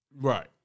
Right